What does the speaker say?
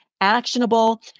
actionable